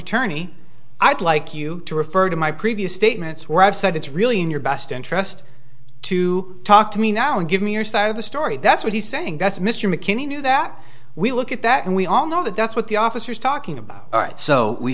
want tourney i'd like you to refer to my previous statements where i've said it's really in your best interest to talk to me now and give me your side of the story that's what he's saying that's mr mckinney new that we look at that and we all know that that's what the officer is talking about all right so we